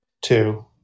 two